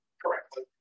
correctly